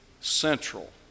central